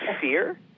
fear